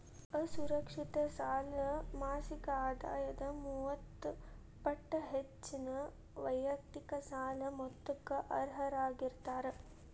ಅಸುರಕ್ಷಿತ ಸಾಲ ಮಾಸಿಕ ಆದಾಯದ ಮೂವತ್ತ ಪಟ್ಟ ಹೆಚ್ಚಿನ ವೈಯಕ್ತಿಕ ಸಾಲದ ಮೊತ್ತಕ್ಕ ಅರ್ಹರಾಗಿರ್ತಾರ